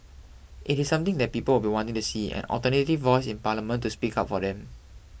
it is something that people will be wanting to see an alternative voice in parliament to speak up for them